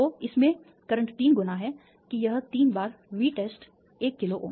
तो इसमें करंट 3 गुना है कि यह 3 बार V टेस्ट 1 किलोΩ है